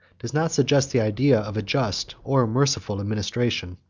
does not suggest the idea of a just or merciful administration.